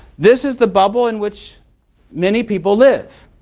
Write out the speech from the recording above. this is the bubble in which many people live.